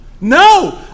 No